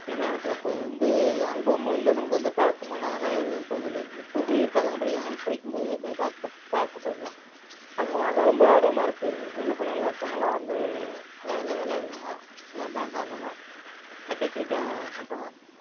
ஏன்னால் எனக்கு அப்போது வந்து அனுபவமும் இல்லை நமக்கு அந்த பழக்கமும் இல்லை அதால எதுவும் கலந்துக்கலை இப்போது போய் பசங்கள் படிக்கிறாங்க படிக்கும்போது போய் பார்க்க பார்க்க போயிருந்தேன் பார்க்க போனாக்கா ரொம்ப ஆர்வமாக இருக்குது சின்ன பிள்ளைங்களா இருக்கிறவுங்கள்லாம் வந்து நல்லா வெள விளையாடுறாங்க நல்லா டான்ஸ் ஆடறாங்க நல்லா பண்ணுறாங்க